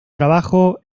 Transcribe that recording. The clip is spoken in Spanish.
trabajo